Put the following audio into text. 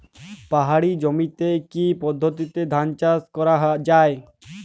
পাহাড়ী জমিতে কি পদ্ধতিতে ধান চাষ করা যায়?